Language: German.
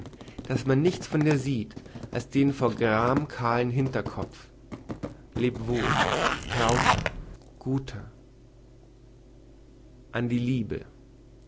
daß man nichts von dir sieht als den vor gram kahlen hinterkopf leb wohl trauter guter an die liebe